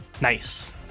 Nice